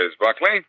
Buckley